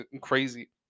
crazy